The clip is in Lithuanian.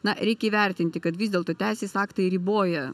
na reik įvertinti kad vis dėlto teisės aktai riboja